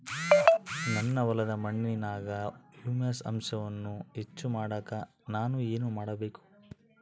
ನನ್ನ ಹೊಲದ ಮಣ್ಣಿನಾಗ ಹ್ಯೂಮಸ್ ಅಂಶವನ್ನ ಹೆಚ್ಚು ಮಾಡಾಕ ನಾನು ಏನು ಮಾಡಬೇಕು?